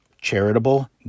Charitable